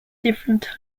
different